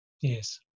Yes